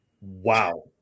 Wow